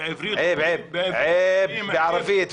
בערבית,